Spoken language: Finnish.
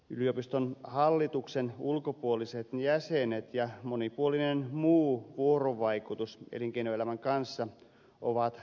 yliopiston hallituksen ulkopuoliset jäsenet ja monipuolinen muu vuorovaikutus elinkeinoelämän kanssa ovat tätä päivää